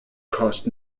cost